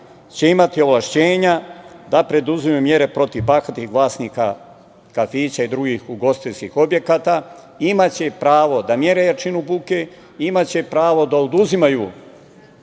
će imati ovlašćenja da preduzimaju mere protiv bahatih vlasnika kafića i drugih ugostiteljskih objekata, imaće pravo da mere jačinu buke, imaće pravo da oduzimaju